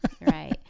Right